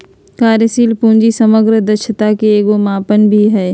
कार्यशील पूंजी समग्र दक्षता के एगो मापन भी हइ